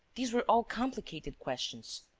these were all complicated questions.